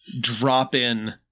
drop-in